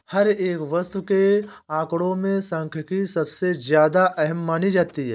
हर एक वस्तु के आंकडों में सांख्यिकी सबसे ज्यादा अहम मानी जाती है